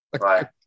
Right